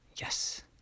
Yes